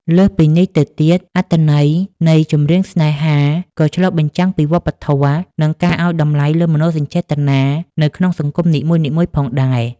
លើសពីនេះទៅទៀត អត្ថន័យនៃ ចម្រៀងស្នេហា ក៏ឆ្លុះបញ្ចាំងពីវប្បធម៌ និងការឱ្យតម្លៃលើមនោសញ្ចេតនានៅក្នុងសង្គមនីមួយៗផងដែរ។